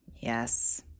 Yes